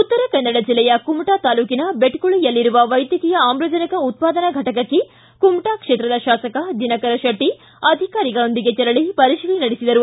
ಉತ್ತರಕನ್ನಡ ಜಿಲ್ಲೆಯ ಕುಮಟಾ ತಾಲೂಕಿನ ಬೆಟ್ಕುಳಿಯಲ್ಲಿರುವ ವೈದ್ಯಕೀಯ ಆಮ್ಲಜನಕ ಉತ್ಪಾದನಾ ಘಟಕಕ್ಕೆ ಕುಮಟಾ ಕ್ಷೇತ್ರದ ಶಾಸಕ ದಿನಕರ ಶೆಟ್ಟಿ ಅಧಿಕಾರಿಗಳೊಂದಿಗೆ ತೆರಳಿ ಪರಿಶೀಲನೆ ನಡೆಸಿದರು